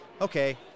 okay